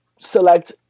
select